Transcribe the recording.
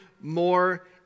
more